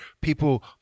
people